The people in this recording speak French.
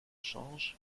changent